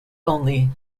only